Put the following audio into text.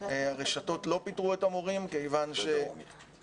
הרשתות לא פיטרו את המורים כיוון שאף